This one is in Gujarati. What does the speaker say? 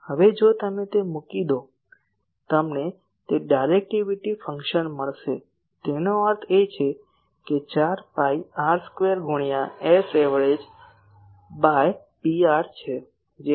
હવે જો તમે તે મૂકી દો તમને તે ડાયરેક્ટિવિટી ફંક્શન મળશે તેનો અર્થ એ કે 4 પાઇ r સ્ક્વેર ગુણ્યા Sav બાય Pr છે જે 1